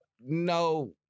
no